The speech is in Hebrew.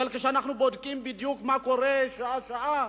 אבל כשאנחנו בודקים בדיוק מה קורה שעה-שעה,